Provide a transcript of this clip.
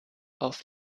auf